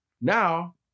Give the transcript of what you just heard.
Now